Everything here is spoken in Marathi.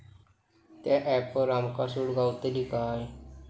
त्या ऍपवर आमका सूट गावतली काय?